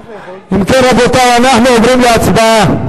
אם כן, רבותי, אנחנו עוברים להצבעה.